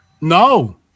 No